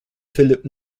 philipp